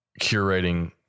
curating